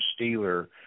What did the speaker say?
Steeler